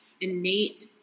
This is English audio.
innate